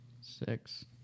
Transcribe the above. Six